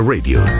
Radio